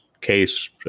case